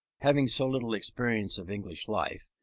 having so little experience of english life,